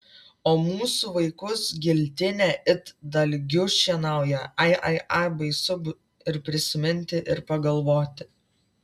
o mūsų vaikus giltinė it dalgiu šienauja ai ai ai baisu ir prisiminti ir pagalvoti